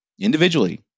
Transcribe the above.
individually